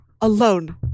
Alone